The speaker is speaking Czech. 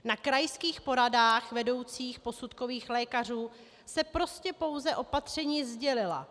Na krajských poradách vedoucích posudkových lékařů se prostě pouze opatření sdělila.